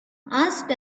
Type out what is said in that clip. asked